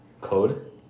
code